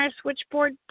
switchboard